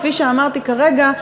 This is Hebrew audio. כפי שאמרתי כרגע,